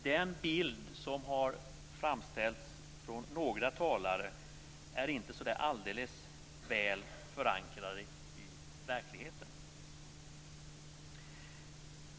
Den bild som har framställts av några talare är inte alldeles väl förankrad i verkligheten.